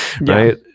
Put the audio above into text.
right